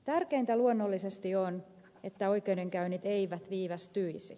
tärkeintä luonnollisesti on että oikeudenkäynnit eivät viivästyisi